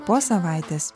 po savaitės